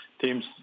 Teams